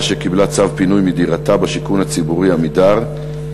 שקיבלה צו פינוי מדירתה בשיכון הציבורי "עמידר",